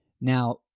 Now